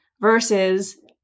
versus